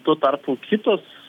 tuo tarpu kitos